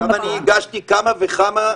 מיכל, גם אני הגשתי כמה וכמה גם.